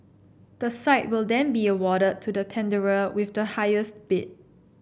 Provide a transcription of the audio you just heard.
the site will then be awarded to the tenderer with the highest bid